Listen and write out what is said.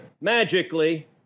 magically